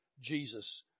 Jesus